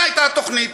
זו הייתה התוכנית,